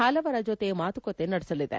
ಹಲವರ ಜೊತೆ ಮಾತುಕತೆ ನಡೆಸಲಿದೆ